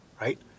right